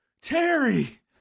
Terry